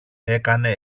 έκανε